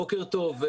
בוקר טוב.